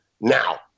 now